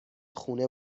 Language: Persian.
خونه